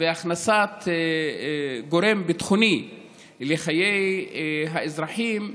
והכנסת גורם ביטחוני לחיי האזרחים,